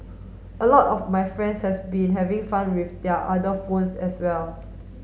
a lot of my friends has been having fun with their other phones as well